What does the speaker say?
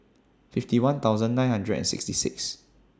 fifty one thousand nine hundred and sixty six